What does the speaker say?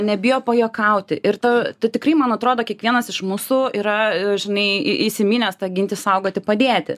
nebijo pajuokauti ir to tu tikrai man atrodo kiekvienas iš mūsų yra žinai į įsiminęs tą ginti saugoti padėti